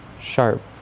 sharp